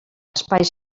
espais